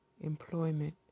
employment